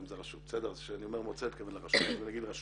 היום זה הרשות כשאני אומר מועצה אני מתכוון לרשות.